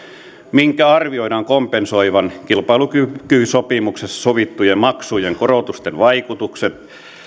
minkä arvioidaan kompensoivan kilpailukykysopimuksessa sovittujen maksujen korotusten vaikutukset